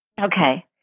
Okay